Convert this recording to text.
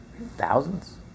Thousands